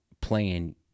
playing